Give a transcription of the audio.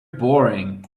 boring